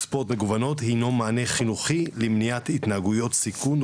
מגוונות הינו מענה חינוכי למניעת התנהגויות סיכון,